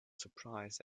surprised